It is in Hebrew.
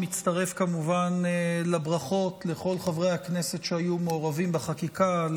מצטרף כמובן לברכות לכל חברי הכנסת שהיו מעורבים בחקיקה,